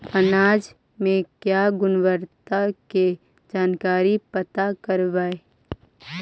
अनाज मे क्या गुणवत्ता के जानकारी पता करबाय?